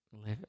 live